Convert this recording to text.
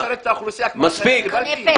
מספיק.